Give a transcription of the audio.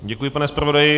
Děkuji, pane zpravodaji.